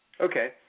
Okay